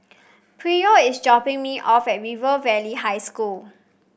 Pryor is dropping me off at River Valley High School